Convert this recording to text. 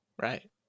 right